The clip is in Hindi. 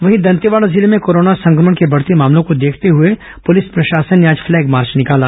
वहीं दंतेवाड़ा जिले में कोरोना संक्रमण के बढ़ते मामले को देखते हुए पुलिस प्रशासन ने आज फ्लैग मार्च निकाला